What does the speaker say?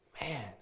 Man